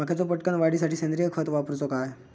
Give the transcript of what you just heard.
मक्याचो पटकन वाढीसाठी सेंद्रिय खत वापरूचो काय?